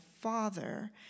Father